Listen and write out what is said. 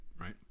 right